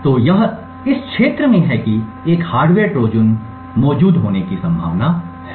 तो यह इस क्षेत्र में है कि एक हार्डवेयर ट्रोजन मौजूद होने की संभावना है